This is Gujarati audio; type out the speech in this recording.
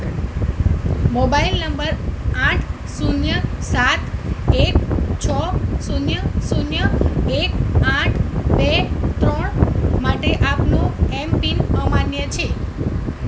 મોબાઈલ નંબર આઠ શૂન્ય સાત એક છ શૂન્ય શૂન્ય એક આઠ બે ત્રણ માટે આપનો એમ પિન અમાન્ય છે